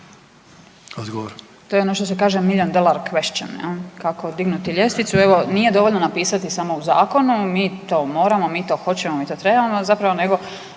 Odgovor. **Puljak, Marijana (Centar)** … kako dignuti ljestvicu, evo nije dovoljno napisati samo u zakonu. Mi to moramo, mi to hoćemo, mi to trebamo zapravo nego